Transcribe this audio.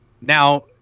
Now